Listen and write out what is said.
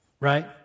right